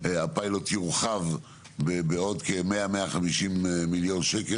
הפיילוט יורחב בעוד כ-100 150 מיליון שקל,